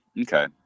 Okay